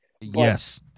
Yes